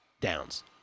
Downs